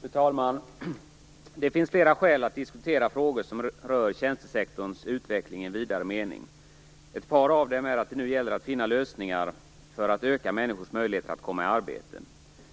Fru talman! Det finns flera skäl att diskutera frågor som rör tjänstesektorns utveckling i en vidare mening. Ett par av dem handlar om att det nu gäller att finna lösningar för att öka människors möjligheter att komma i arbete.